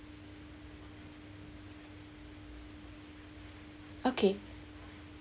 okay